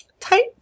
tight